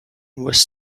was